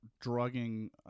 drugging